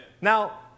Now